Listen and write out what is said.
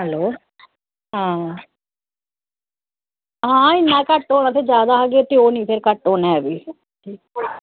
hello हां हां इन्नां घट्ट ते जादा आखगे ते ओह् फिर नी होनां ऐ घट्ट ऐ फ्ही